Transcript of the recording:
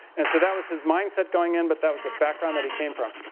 and so that was his mindset going in. but that was the background that he came from.